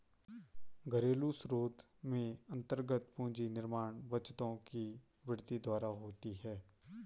घरेलू स्रोत में अन्तर्गत पूंजी निर्माण बचतों की वृद्धि द्वारा होती है